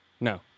No